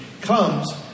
comes